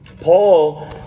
Paul